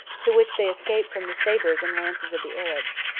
to which they escaped from the sabres and lances of the arabs.